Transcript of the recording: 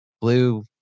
blue